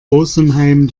rosenheim